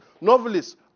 novelists